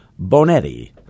Bonetti